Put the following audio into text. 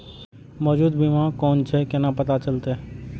मौजूद बीमा कोन छे केना पता चलते?